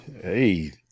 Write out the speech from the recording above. Hey